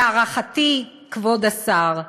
להערכתי, כבוד השר,